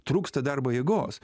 trūksta darbo jėgos